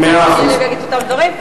אין טעם שאני אעלה ואגיד את אותם דברים,